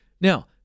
Now